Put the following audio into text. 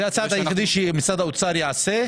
זה הצעד היחידי שמשרד האוצר יעשה?